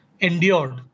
endured